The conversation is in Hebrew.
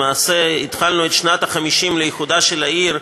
למעשה התחלנו את שנת ה-50 לאיחודה של העיר.